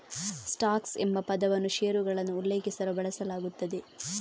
stocks ಎಂಬ ಪದವನ್ನು ಷೇರುಗಳನ್ನು ಉಲ್ಲೇಖಿಸಲು ಬಳಸಲಾಗುತ್ತದೆ